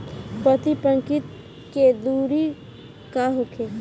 प्रति पंक्ति के दूरी का होखे?